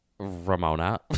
Ramona